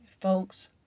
Folks